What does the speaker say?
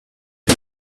sie